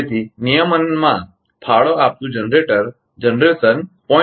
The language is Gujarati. તેથી નિયમનમાં ફાળો આપતુ જનરેશન 0